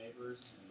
neighbors